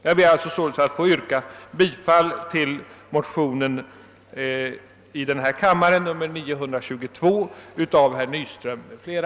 Jag ber således att få yrka bifall till motionen II: 922 av herr Nyström m.fl.